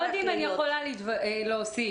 אם אני יכולה להוסיף,